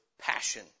passion